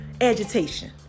agitation